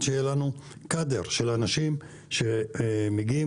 כדי שיהיה לנו מאגר של אנשים שכשהם מגיעים